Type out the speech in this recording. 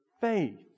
faith